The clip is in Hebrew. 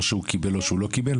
או שהוא קיבל או שהוא לא קיבל?